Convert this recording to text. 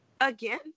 Again